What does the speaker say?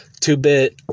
two-bit